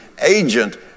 agent